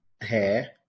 hair